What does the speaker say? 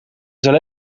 zijn